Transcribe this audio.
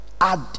Add